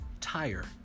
tire